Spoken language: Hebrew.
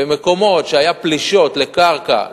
במקומות שהיו בהם פלישות לקרקע,